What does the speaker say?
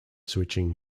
switching